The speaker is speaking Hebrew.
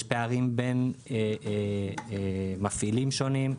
יש פערים בין מפעילים שונים,